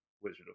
Wizard